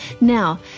Now